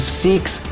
seeks